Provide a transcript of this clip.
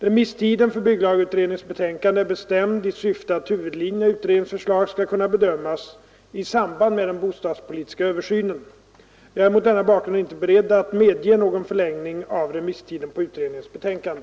Remisstiden för bygglagutredningens betänkande är bestämd i syfte att huvudlinjerna i utredningens förslag skall kunna bedömas i samband med den bostadspolitiska översynen. Jag är mot denna bakgrund inte beredd att medge någon förlängning av remisstiden på utredningens betänkande.